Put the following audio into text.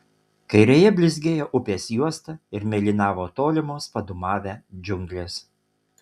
kairėje blizgėjo upės juosta ir mėlynavo tolimos padūmavę džiunglės